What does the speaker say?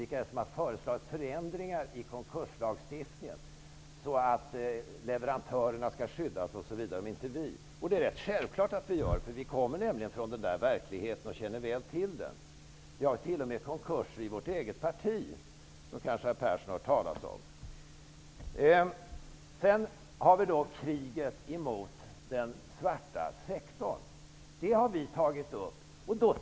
Vilka är det som har föreslagit förändringar i konkurslagstiftningen så att leverantörerna skall skyddas osv.? Jo, vi. Det är självklart att vi gör så. Vi kommer nämligen från den verkligheten och känner väl till den. Vi har t.o.m. haft konkurser i vårt eget parti, som kanske herr Persson har hört talas om. Vidare är det kriget mot den svarta sektorn. Vi har tagit upp den frågan.